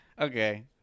okay